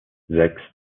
sechs